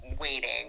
Waiting